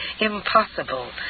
Impossible